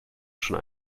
schon